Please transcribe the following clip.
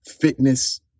fitness